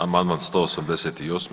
Amandman 188.